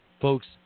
Folks